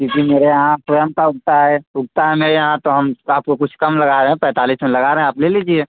क्योंकि मेरे यहाँ स्वयं का उगता है उगता है मेरे यहाँ तो हम तो आपको कुछ कम लगा रहे हैं पैंतालीस में लगा रहें आप ले लीजिए